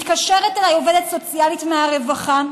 מתקשרת אליי עובדת סוציאלית מהרווחה,